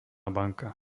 banka